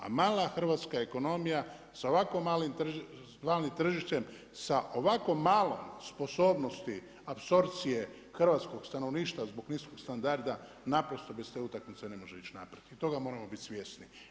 A mala hrvatska ekonomija sa ovako malim glavnim tržištem, sa ovako malom sposobnosti apsorpcije hrvatskog stanovništva zbog niskog standarda naprosto bez te utakmice ne može ići naprijed i toga moramo bit svjesni.